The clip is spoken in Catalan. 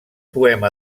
poema